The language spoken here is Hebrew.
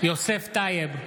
יוסף טייב,